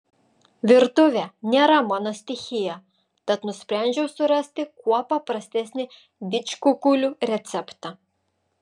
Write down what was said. virtuvė nėra mano stichija tad nusprendžiau surasti kuo paprastesnį didžkukulių receptą